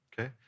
okay